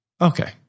Okay